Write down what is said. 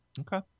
Okay